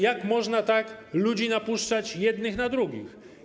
Jak można tak ludzi napuszczać jednych na drugich?